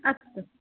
अस्तु